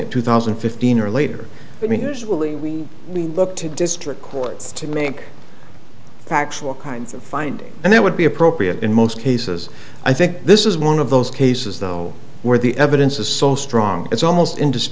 at two thousand and fifteen or later i mean usually we look to district courts to make factual kinds of finding and that would be appropriate in most cases i think this is one of those cases though where the evidence is so strong it's almost ind